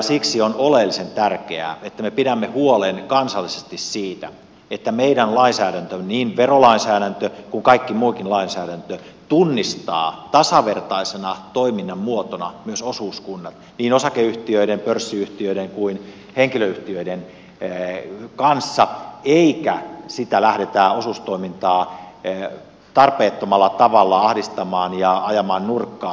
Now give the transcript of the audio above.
siksi on oleellisen tärkeää että me pidämme huolen kansallisesti siitä että meidän lainsäädäntömme niin verolainsäädäntö kuin kaikki muukin lainsäädäntö tunnistaa tasavertaisena toiminnan muotona myös osuuskunnat niin osakeyhtiöiden pörssiyhtiöiden kuin henkilöyhtiöidenkin kanssa eikä sitä osuustoimintaa lähdetä tarpeettomalla tavalla ahdistamaan ja ajamaan nurkkaan